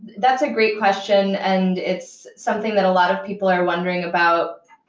that's a great question, and it's something that a lot of people are wondering about.